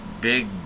big